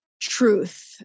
truth